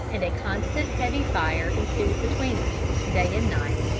and a constant heavy fire ensued between us, day and night,